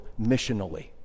missionally